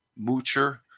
Moocher